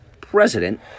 president